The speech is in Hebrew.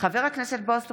חבר הכנסת בועז טופורובסקי,